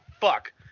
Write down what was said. fuck